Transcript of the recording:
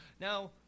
Now